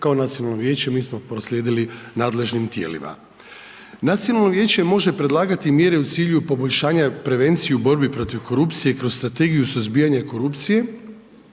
kao nacionalno vijeće mi smo proslijedili nadležnim tijelima. Nacionalno vijeće može predlagati mjere u cilju poboljšanja prevencije u borbi protiv korupcije kroz Strategiju suzbijanja korupcije